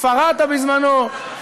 כפר-אתא בזמנו,